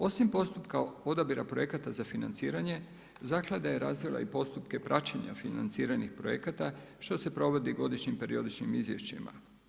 Osim postupka odabira projekata za financiranje zaklada je razvila i postupke praćenja financiranih projekata što se provodi godišnjim periodičnim izvješćima.